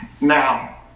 Now